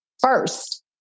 first